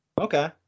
Okay